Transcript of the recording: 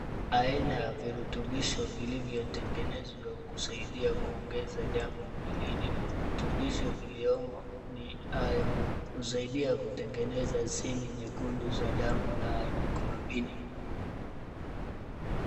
Aina ya virutubisho vilivyo tengenezwa kusaidia kuongeza damu mwilini. Virotobisho viliyomo ni iron husaidia kutengeneza celi nyekundu za damu na hemugulobini .